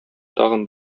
тагы